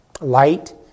light